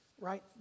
right